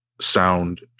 sound